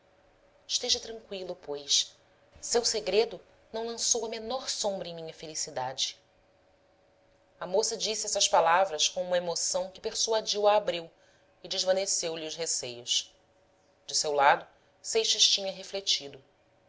esteja tranqüilo pois seu segredo não lançou a menor sombra em minha felicidade a moça disse essas palavras com uma emoção que persuadiu a abreu e desvaneceu lhe os receios de seu lado seixas tinha refletido